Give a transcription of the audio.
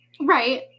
Right